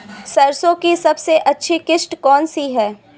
सरसो की सबसे अच्छी किश्त कौन सी है?